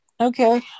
okay